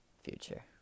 future